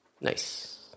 Nice